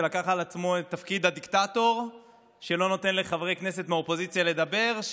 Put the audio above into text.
שלקח על עצמו את תפקיד הדיקטטור שלא נותן לחברי כנסת מהאופוזיציה לדבר,